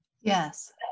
Yes